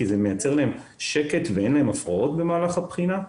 כי זה מייצר להם שקט ואין להם הפרעות במהלך הבחינה.